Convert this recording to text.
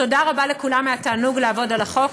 תודה רבה לכולם, היה תענוג לעבוד על החוק.